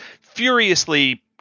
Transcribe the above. furiously